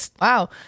Wow